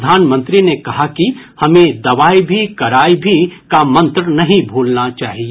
प्रधानमंत्री ने कहा कि हमें दवाई भी कड़ाई भी का मंत्र नहीं भूलना चाहिए